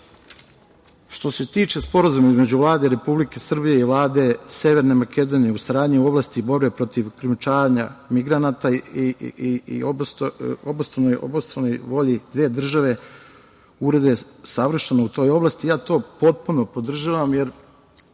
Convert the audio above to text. se tiče Sporazuma između Vlade Republike Srbije i Vlade Severne Makedonije o saradnji u oblasti borbe protiv krijumčarenja migranata i obostranoj volji da dve države urede savršeno u toj oblasti, ja to potpuno podržavam, jer